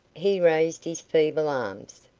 he raised his feeble arms,